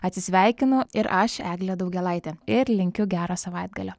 atsisveikinu ir aš eglė daugėlaitė ir linkiu gero savaitgalio